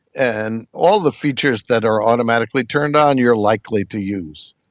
and all the features that are automatically turned on you are likely to use.